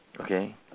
Okay